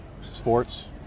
sports